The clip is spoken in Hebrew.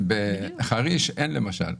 בחריש למשל אין.